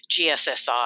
gssi